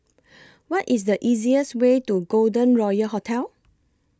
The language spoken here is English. What IS The easiest Way to Golden Royal Hotel